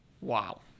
Wow